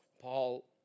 Paul